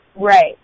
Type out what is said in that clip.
Right